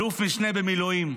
אלוף משנה במילואים,